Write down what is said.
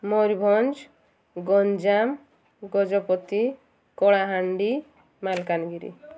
Mayurbhanj Ganjam Gajapati Kalahandi Malkangiri